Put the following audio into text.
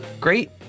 great